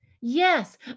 Yes